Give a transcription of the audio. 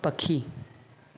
पखी